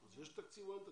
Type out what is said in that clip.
יש תקציב או אין תקציב?